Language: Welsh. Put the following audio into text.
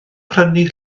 prynu